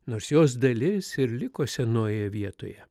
nors jos dalis ir liko senojoje vietoje